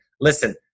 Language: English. Listen